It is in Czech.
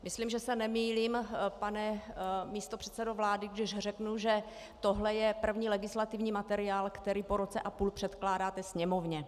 Myslím, že se nemýlím, pane místopředsedo vlády, když řeknu, že tohle je první legislativní materiál, který po roce a půl předkládáte Sněmovně.